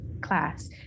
class